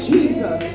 Jesus